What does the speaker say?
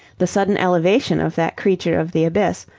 the sudden elevation of that creature of the abyss,